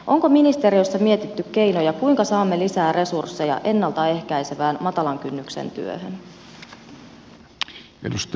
onko ministeriössä mietitty keinoja kuinka saamme lisää resursseja ennalta ehkäisevään matalan kynnyksen työhön